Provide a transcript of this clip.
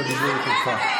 תכבדי את האמונה שלהם.